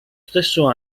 stesso